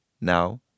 now